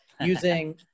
using